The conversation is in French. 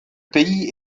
pays